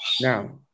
Now